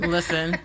Listen